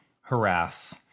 harass